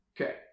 Okay